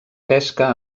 pesca